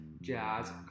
Jazz